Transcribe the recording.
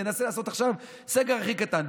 תנסה לעשות עכשיו סגר הכי קטן.